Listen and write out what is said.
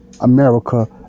America